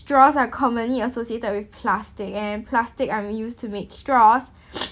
straws are commonly associated with plastic and then plastic are used to make straws